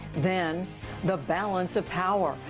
then the balance of power.